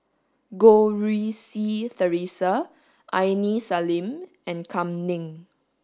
Goh Rui Si Theresa Aini Salim and Kam Ning